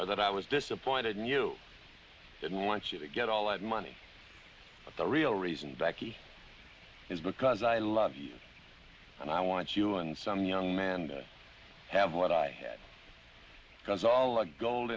that i was disappointed and you didn't want you to get all that money but the real reason becky is because i love you and i want you and some young man have what i had because all the gold